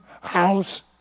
house